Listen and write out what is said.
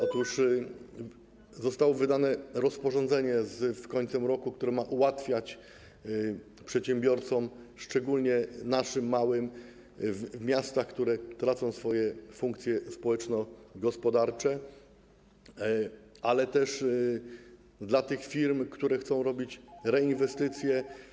Otóż zostało wydane rozporządzenie z końcem roku, które ma ułatwiać działalność przedsiębiorcom, szczególnie naszym, małym, w miastach, które tracą swoje funkcje społeczno-gospodarcze, ale też tym firmom, które chcą robić reinwestycje.